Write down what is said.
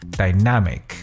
dynamic